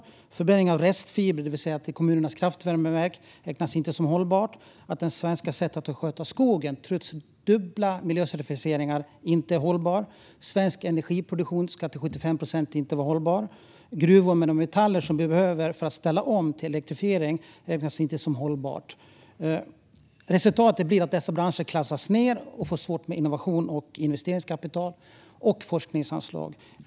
Inte heller förbränning av restfiber, det vill säga till kommunernas kraftvärmeverk, kommer att räknas som hållbart, och det svenska sättet att sköta skogen är, trots dubbla miljöcertifieringar, inte hållbart. Svensk energiproduktion ska till 75 procent inte räknas som hållbar. Gruvor med de metaller som vi behöver för att ställa om till elektrifiering räknas inte heller som hållbara. Resultatet blir att dessa branscher klassas ned och får svårt med innovation, investeringskapital och forskningsanslag.